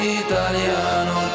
italiano